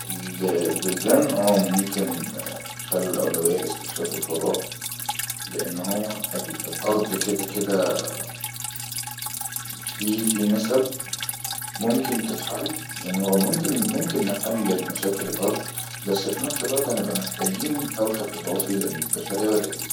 ال-البلدان اه ممكن يخلو الأولوية لإستكشاف الفضاء لأن هو الأرض كدا